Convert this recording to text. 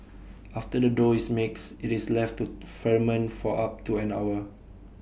after the dough is mixed IT is left to ferment for up to an hour